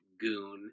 goon